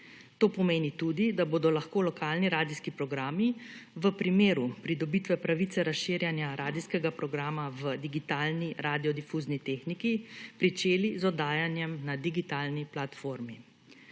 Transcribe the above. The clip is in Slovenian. To pomeni tudi, da bodo lahko lokalni radijski programi v primeru pridobitve pravice razširjanja radijskega programa v digitalni radiodifuzni tehniki pričeli z oddajanjem na digitalni platformi.